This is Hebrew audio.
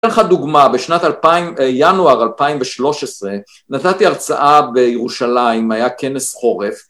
אני אראה לך דוגמה, בשנת ינואר 2013 נתתי הרצאה בירושלים, היה כנס חורף